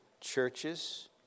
churches